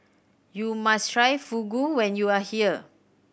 you must try Fugu when you are here